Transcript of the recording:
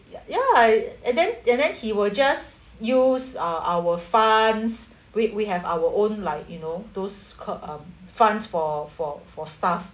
ya and then and then he will just use uh our funds we we have our own like you know those called um funds for for for staff